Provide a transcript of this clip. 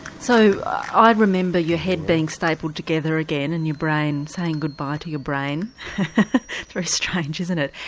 so i remember your head being stapled together again and your brain, saying goodbye to your brain very strange isn't it.